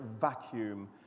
vacuum